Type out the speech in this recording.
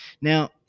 Now